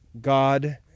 God